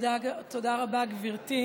תודה רבה, גברתי.